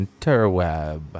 interweb